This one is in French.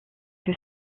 que